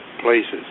places